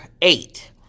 eight